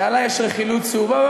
שעלי יש רכילות צהובה,